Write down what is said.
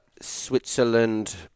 Switzerland